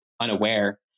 unaware